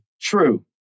True